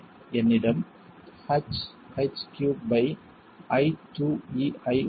என்னிடம் Hh312EI உள்ளது